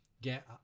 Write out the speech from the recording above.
get